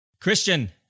Christian